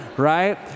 Right